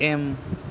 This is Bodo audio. एम